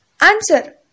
Answer